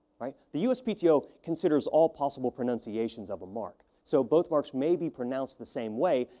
right? the uspto considers all possible pronunciations of a mark, so both marks may be pronounced the same way,